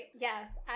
yes